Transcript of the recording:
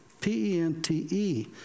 p-e-n-t-e